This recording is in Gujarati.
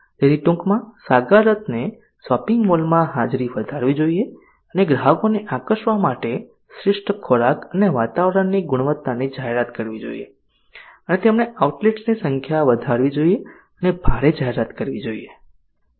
તેથી ટૂંકમાં 1409 સાગર રત્ને શોપિંગ મોલમાં હાજરી વધારવી જોઈએ ગ્રાહકોને આકર્ષવા માટે શ્રેષ્ઠ ખોરાક અને વાતાવરણની ગુણવત્તાની જાહેરાત કરવી જોઈએ અને તેમણે આઉટલેટ્સની સંખ્યા વધારવી જોઈએ અને ભારે જાહેરાત કરવી જોઈએ